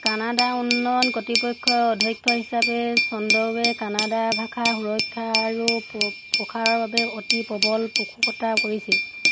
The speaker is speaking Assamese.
কানাড়া উন্নয়ন কৰ্তৃপক্ষৰ অধ্যক্ষ হিচাপে চন্দ্ৰুৱে কানাড়া ভাষাৰ সুৰক্ষা আৰু প্ৰসাৰৰ বাবে অতি প্ৰবল পোষকতা কৰিছিল